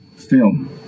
film